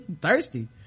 Thirsty